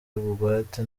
bugwate